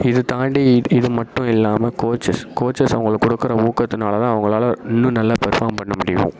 இது தாண்டி இது மட்டும் இல்லாமல் கோச்சஸ் கோச்சஸ் அவங்களுக்கு கொடுக்கற ஊக்கத்தினால தான் அவங்களால இன்னும் நல்லா பெர்ஃபார்ம் பண்ண முடியும்